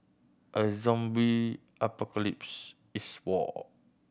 a zombie apocalypse is war